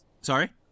Sorry